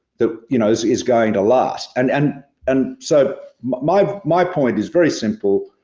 that you know, is is going to last. and and and so my my point is very simple.